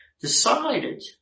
decided